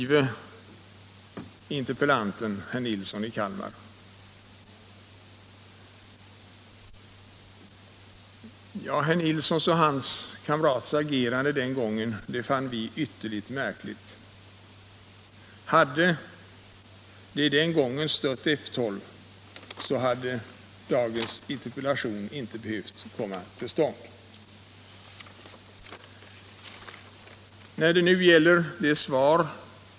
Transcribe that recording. även interpellanten herr Nilsson i Kalmar. Hans och hans kamraters agerande den gången fann vi andra ytterligt märkligt. Hade de stött F 12 den gången, hade dagens interpellation inte behövt komma till stånd.